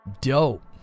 Dope